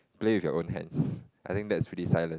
play with your own hands I think that's pretty silent